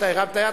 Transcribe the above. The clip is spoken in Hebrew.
אתה הרמת יד,